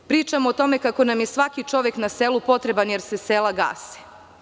Pričamo o tome kako nam je svaki čovek na selu potreban, jer se sela gase.